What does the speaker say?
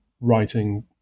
writing